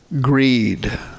greed